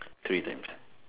three times